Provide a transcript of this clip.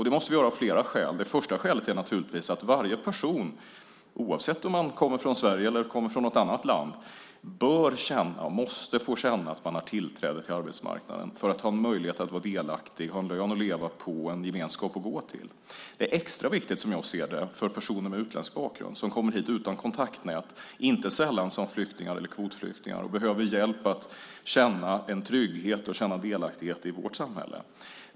Det måste vi göra av flera skäl. Det första skälet är naturligtvis att varje person, oavsett om man kommer från Sverige eller från något annat land bör känna, måste få känna att man har tillträde till arbetsmarknaden för att ha en möjlighet att vara delaktig, ha en lön att leva på och en gemenskap att gå till. Det är extra viktigt, som jag ser det, för personer med utländsk bakgrund som kommer hit utan kontaktnät, inte sällan som flyktingar eller kvotflyktingar, och behöver hjälp att känna en trygghet och delaktighet i vårt samhälle.